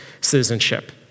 citizenship